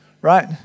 right